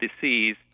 disease